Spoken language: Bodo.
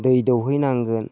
दै दौहैनांगोन